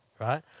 right